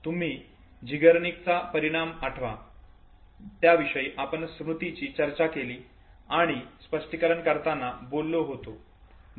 तुम्ही झीगर्निकचा परिणाम आठवा त्याविषयी आपण स्मृतीची चर्चा आणि स्पष्टीकरण करतांना बोललो होतो